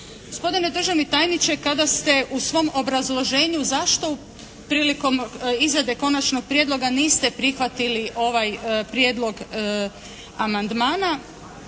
Gospodine državni tajniče, kada ste u svom obrazloženju zašto prilikom izrade konačnog prijedloga niste prihvatili ovaj prijedlog amandmana